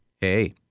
Hey